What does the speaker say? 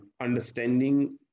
understanding